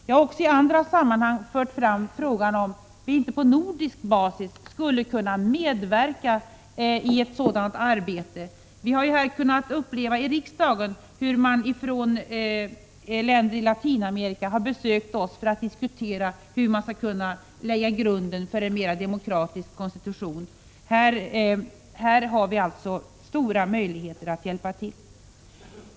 Jag har också i andra sammanhang fört fram frågan, om vi inte på nordisk basis skulle kunna medverka i ett sådant arbete. Vi har upplevt hur man från länder i Latinamerika har besökt oss här i riksdagen för att diskutera hur man skall kunna lägga grunden för en mer demokratisk konstitution. Här har vi alltså stora möjligheter att hjälpa till.